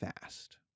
fast